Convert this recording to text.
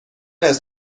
است